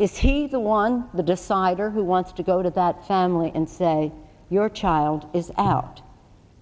is he the one the decider who wants to go to that family and say your child is out